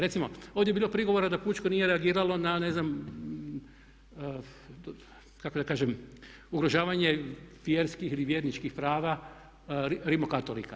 Recimo, ovdje je bilo prigovora da pučko nije reagiralo na ne znam kako da kažem ugrožavanje vjerskih ili vjerničkih prava rimokatolika.